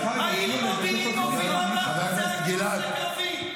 יש פחות סרבנים חרדים מאשר סרבנים חילונים.